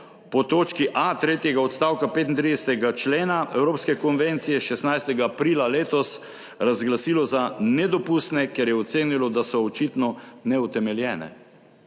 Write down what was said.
po točki a tretjega odstavka 35. člena evropske konvencije 16. aprila letos razglasilo za nedopustne, ker je ocenilo, da so očitno neutemeljene.